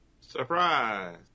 Surprise